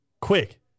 quick